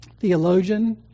theologian